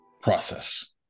process